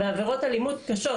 בעבירות אלימות קשות,